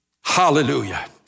Hallelujah